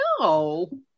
No